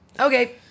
Okay